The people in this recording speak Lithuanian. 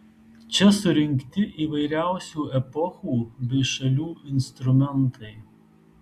čia surinkti įvairiausių epochų bei šalių instrumentai